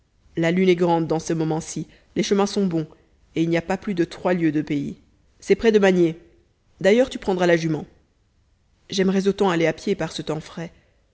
la lune est grande dans ce moment-ci les chemins sont bons et il n'y a pas plus de trois lieues de pays c'est près du magnier d'ailleurs tu prendras la jument j'aimerais autant aller à pied par ce temps frais